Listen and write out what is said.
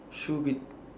shoe with